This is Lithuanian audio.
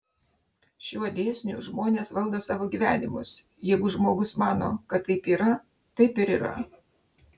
šiuo dėsniu žmonės valdo savo gyvenimus jeigu žmogus mano kad taip yra taip ir yra